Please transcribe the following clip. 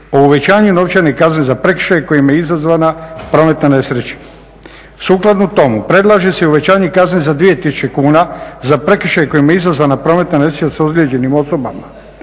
o uvećanju novčane kazne za prekršaje kojima je izazvana prometna nesreća. Sukladno tomu, predlaže se i uvećanje kazne za 2000 kuna za prekršaj kojime je izazvana prometna nesreća sa ozlijeđenim osobama.